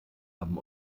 haben